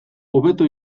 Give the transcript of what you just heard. hobeto